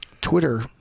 Twitter